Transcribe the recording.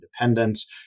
independence